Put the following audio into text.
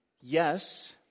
Yes